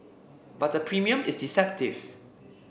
but the premium is deceptive